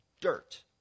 dirt